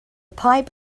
pipe